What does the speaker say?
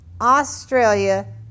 Australia